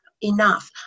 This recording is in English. enough